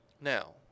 Now